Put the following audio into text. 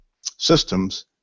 systems